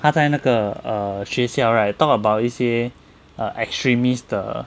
他在那个 err 学校 right talk about 一些 err extremist 的